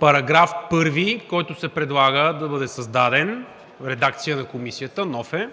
§ 1, който се предлага да бъде създаден и е в редакция на Комисията – нов е;